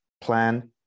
plan